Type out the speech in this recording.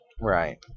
right